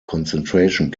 concentration